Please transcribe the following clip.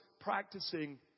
practicing